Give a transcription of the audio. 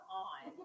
on